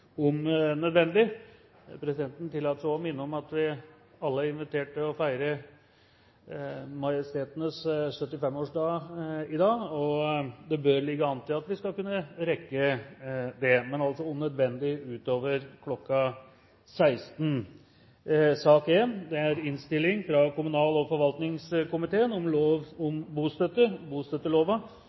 om at møtet fortsetter utover kl. 16, om nødvendig. Presidenten tillater seg også å minne om at vi alle er inviterte til å feire majestetenes 75-årsdag i dag, og det bør ligge an til at vi skal kunne rekke det, men altså om nødvendig fortsetter møtet utover kl. 16. Vi har hatt bostøtte